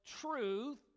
truth